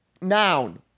Noun